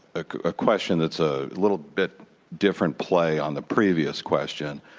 ah a question that's a little bit different play on the previous question.